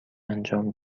انجام